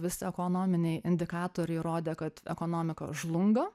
visi ekonominiai indikatoriai rodė kad ekonomika žlunga